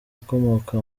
ukomoka